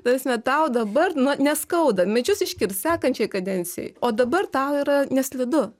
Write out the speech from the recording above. ta prasme tau dabar na neskauda medžius iškirs sekančioj kadencijoj o dabar tau yra neslidu